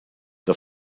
the